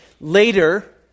later